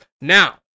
Now